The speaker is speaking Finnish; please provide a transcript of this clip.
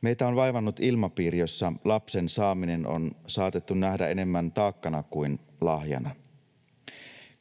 Meitä on vaivannut ilmapiiri, jossa lapsen saaminen on saatettu nähdä enemmän taakkana kuin lahjana.